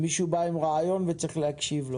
כשמישהו בא עם רעיון, צריך להקשיב לו.